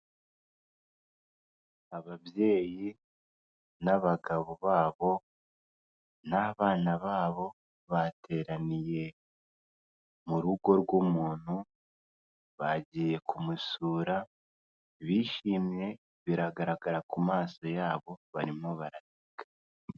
Ababyeyi, n'abagabo babo, n'abana babo, bateraniye mu rugo rw'umuntu, bagiye kumusura bishimye, biragaragara ku maso yabo barimo baraseka.